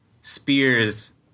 spears